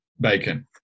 bacon